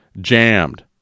Jammed